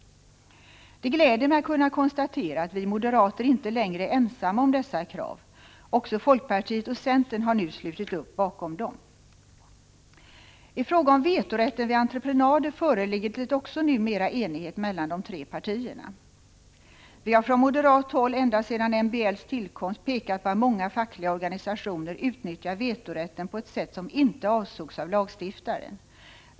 Det gläder mig att kunna konstatera att vi moderater inte längre är ensamma om dessa krav. Också folkpartiet och centern har nu slutit upp bakom dem. Även i fråga om vetorätten vid entreprenader föreligger det numera enighet mellan de tre partierna. Vi har från moderat håll ända sedan MBL:s tillkomst pekat på att många fackliga organisationer utnyttjar vetorätten på ett sätt som inte avsågs av lagstiftaren.